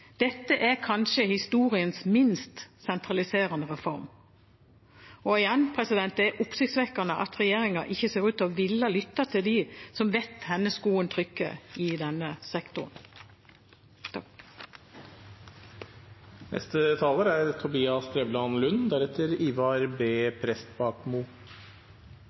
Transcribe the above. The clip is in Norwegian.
Dette er kanskje historiens minst sentraliserende reform. Igjen er det oppsiktsvekkende at regjeringen ikke ser ut til å ville lytte til dem som vet hvor skoen trykker i denne sektoren.